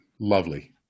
Lovely